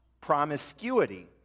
promiscuity